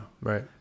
Right